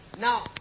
Now